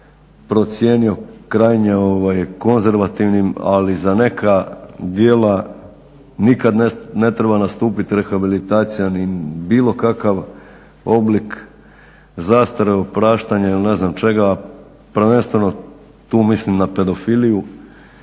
procijenio krajnje konzervativnim, ali za neka djela nikad ne treba nastupit rehabilitacija ni bilo kakav oblik zastare, opraštanja ili ne znam čega, prvenstveno tu mislim na pedofiliju